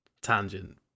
tangent